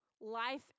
Life